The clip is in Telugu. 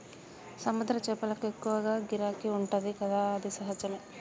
సముద్ర చేపలకు ఎక్కువ గిరాకీ ఉంటది కదా అది సహజమే